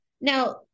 Now